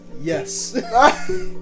Yes